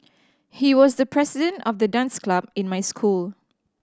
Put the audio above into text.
he was the president of the dance club in my school